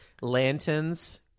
lanterns